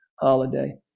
holiday